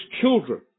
children